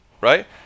right